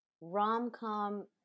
rom-com